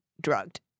drugged